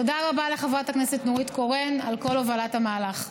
תודה רבה לחברת הכנסת נורית קורן על כל הובלת המהלך.